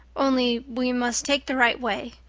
only we must take the right way.